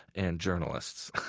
and journalists.